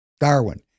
Darwin